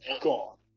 gone